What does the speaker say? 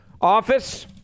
office